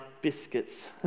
biscuits